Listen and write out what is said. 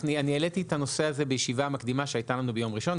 אני העליתי את הנושא הזה בישיבה מקדימה שהייתה לנו ביום ראשון.